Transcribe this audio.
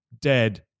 dead